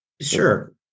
Sure